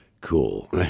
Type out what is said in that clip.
Cool